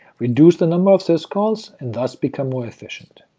reduce the number of syscalls, and thus become more efficient.